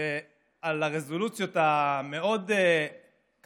ועל הרזולוציות המאוד-קפדניות